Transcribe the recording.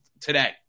today